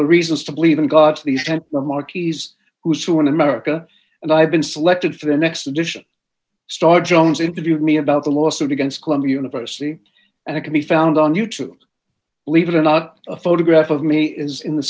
the reasons to believe in god leave the marquis's who's who in america and i've been selected for the next edition star jones interviewed me about the lawsuit against columbia university and it can be found on you to believe it or not a photograph of me is in the